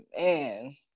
Man